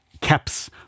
caps